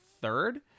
third